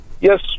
yes